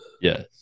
Yes